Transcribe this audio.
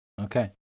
Okay